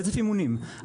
קצף אימונים.